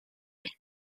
and